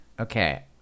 okay